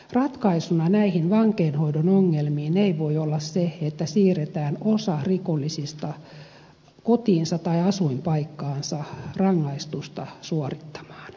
ratkaisuna näihin vankeinhoidon ongelmiin ei voi olla se että siirretään osa rikollisista kotiinsa tai asuinpaikkaansa rangaistusta suorittamaan